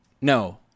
No